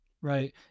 right